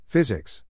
Physics